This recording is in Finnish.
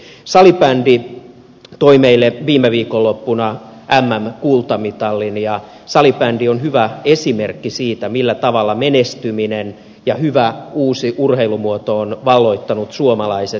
salibandy toi meille viime viikonloppuna mm kultamitalin ja salibandy on hyvä esimerkki siitä millä tavalla menestyminen ja hyvä uusi urheilumuoto on valloittanut suomalaiset